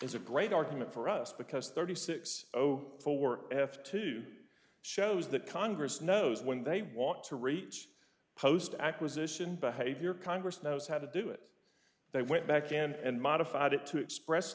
a great argument for us because thirty six zero four f two shows that congress knows when they want to reach post acquisition behavior congress knows how to do it they went back and modified it to express